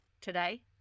today